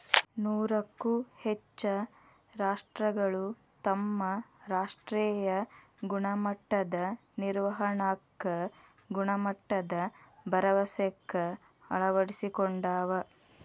ನೂರಕ್ಕೂ ಹೆಚ್ಚ ರಾಷ್ಟ್ರಗಳು ತಮ್ಮ ರಾಷ್ಟ್ರೇಯ ಗುಣಮಟ್ಟದ ನಿರ್ವಹಣಾಕ್ಕ ಗುಣಮಟ್ಟದ ಭರವಸೆಕ್ಕ ಅಳವಡಿಸಿಕೊಂಡಾವ